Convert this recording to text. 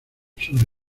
sobre